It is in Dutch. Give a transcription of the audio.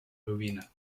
ruïne